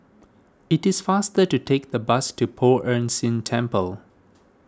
it is faster to take the bus to Poh Ern Shih Temple